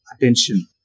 attention